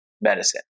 medicine